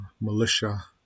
militia